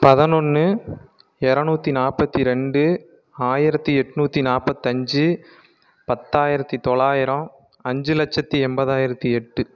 பதினொன்று இரநூற்றி நாற்பத்தி ரெண்டு ஆயிரத்தி எட்நூற்றி நாற்பத்தஞ்சு பத்தாயிரத்தி தொள்ளாயிரம் அஞ்சு லட்சத்தி எண்பதாயிரத்தி எட்டு